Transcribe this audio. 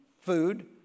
food